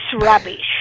rubbish